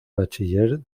bachiller